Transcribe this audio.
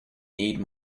need